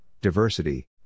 diversity